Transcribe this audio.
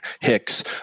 Hicks